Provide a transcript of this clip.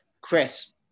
Chris